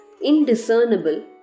indiscernible